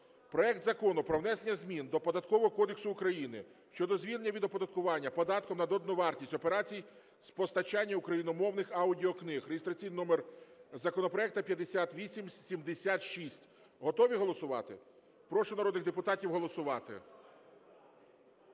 проект Закону про внесення змін до Податкового кодексу України щодо звільнення від оподаткування податком на додану вартість операцій з постачання україномовних аудіокниг (реєстраційний номер законопроекту 5876). Готові голосувати? Прошу народних депутатів голосувати.